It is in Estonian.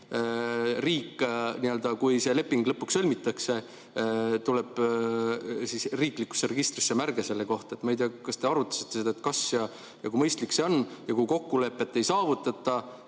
järgi, kui see leping lõpuks sõlmitakse, tuleb riiklikusse registrisse märge selle kohta. Ma ei tea, kas te arutasite seda, kas ja kui mõistlik see on, ja kui kokkulepet ei saavutata,